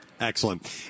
Excellent